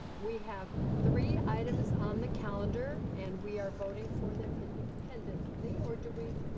we have three items on the calendar and we are voting for them independently or do we?